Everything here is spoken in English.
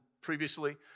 previously